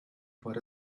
about